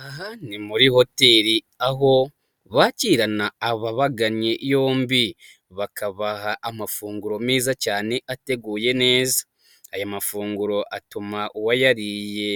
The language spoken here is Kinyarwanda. Aha ni muri hoteli aho bakirana ababaganye yombi, bakabaha amafunguro meza cyane ateguye neza, aya mafunguro atuma uwayariye